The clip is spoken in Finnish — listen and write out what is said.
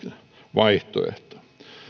vaihtoehtoa